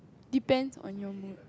depends on your mood